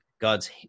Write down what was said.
God's